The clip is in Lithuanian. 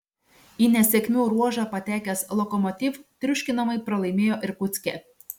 į nesėkmių ruožą patekęs lokomotiv triuškinamai pralaimėjo irkutske